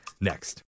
next